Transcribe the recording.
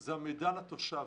היא המידע לתושב.